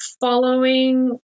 following